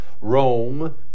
Rome